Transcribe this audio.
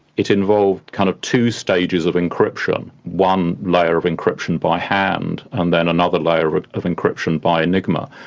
it involved kind of two stages of encryption, one layer of encryption by hand and then another layer ah of encryption by enigma,